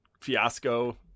fiasco